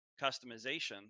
customization